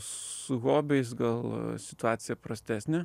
su hobiais gal situacija prastesnė